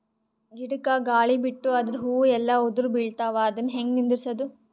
ಗಿಡಕ, ಗಾಳಿ ಬಿಟ್ಟು ಅದರ ಹೂವ ಎಲ್ಲಾ ಉದುರಿಬೀಳತಾವ, ಅದನ್ ಹೆಂಗ ನಿಂದರಸದು?